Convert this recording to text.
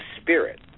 spirit